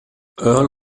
earl